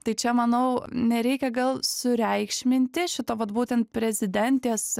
tai čia manau nereikia gal sureikšminti šito vat būtent prezidentės